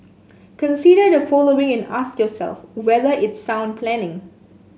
consider the following and ask yourself whether it's sound planning